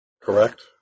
correct